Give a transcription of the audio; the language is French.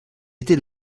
était